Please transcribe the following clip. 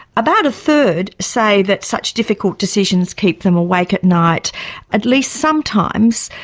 about a third say that such difficult decisions keep them awake at night at least sometimes.